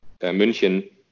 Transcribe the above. münchen